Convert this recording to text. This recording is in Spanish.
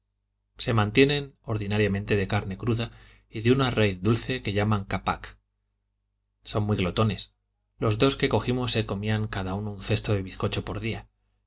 se mantienen ordinariamente de carne cruda y de una raíz dulce que llaman capac son muy glotones los dos que cogimos se comían cada uno un cesto de bizcocho por día